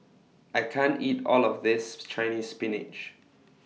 I can't eat All of This Chinese Spinach